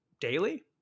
daily